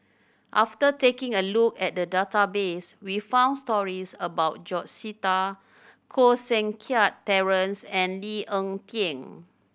after taking a look at the database we found stories about George Sita Koh Seng Kiat Terence and Lee Ek Tieng